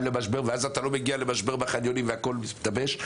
למשבר ואז אתה לא מגיע למשבר בחניונים והכול משתבש.